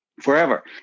forever